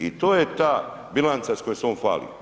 I to je ta bilanca s kojom se on hvali.